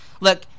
Look